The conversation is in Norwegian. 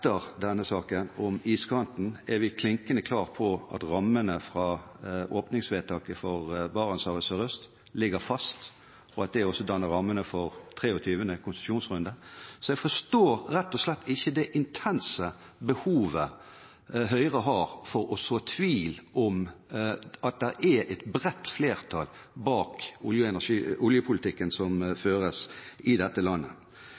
etter denne saken, om iskanten, er vi klinkende klare på at rammene fra åpningsvedtaket for Barentshavet sørøst ligger fast, og at det også danner rammene for 23. konsesjonsrunde, så jeg forstår rett og slett ikke det intense behovet Høyre har for å så tvil om at det er et bredt flertall bak oljepolitikken som føres i dette landet.